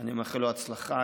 ואני מאחל לו הצלחה.